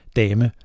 dame